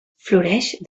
floreix